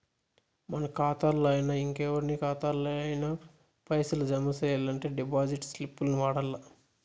మన కాతాల్లోనయినా, ఇంకెవరి కాతాల్లోనయినా పైసలు జమ సెయ్యాలంటే డిపాజిట్ స్లిప్పుల్ని వాడల్ల